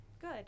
Good